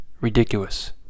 Ridiculous